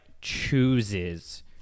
chooses